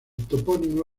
topónimo